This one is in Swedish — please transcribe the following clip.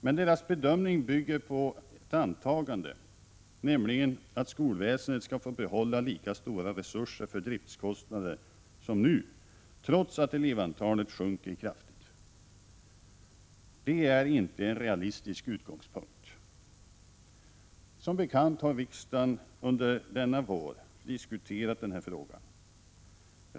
Men deras bedömning bygger på ett antagande, nämligen att skolväsendet skall få behålla lika stora resurser för driftskostnader som nu, trots att antalet elever sjunker kraftigt. Det är inte en realistisk utgångspunkt. Som bekant har riksdagen under våren diskuterat den här frågan.